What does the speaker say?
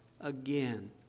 again